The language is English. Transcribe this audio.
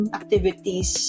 activities